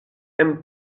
and